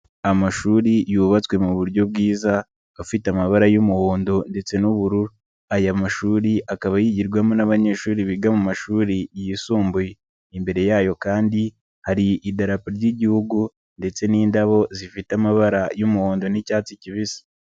Amashuri yubatswe mu buryo bwiza, afite amabara y'umuhondo ndetse n'ubururu, aya mashuri akaba yigirwamo n'abanyeshuri biga mu mashuri yisumbuye, imbere yayo kandi hari idarapo ry'igihugu ndetse n'indabo zifite amabara y'umuhondo n'icyatsi kibisi.